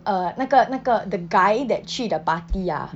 uh 那个那个 the guy that 去 the party ah